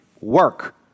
work